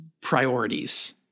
priorities –